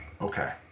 Okay